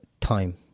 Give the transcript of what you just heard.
time